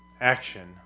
action